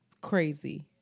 Crazy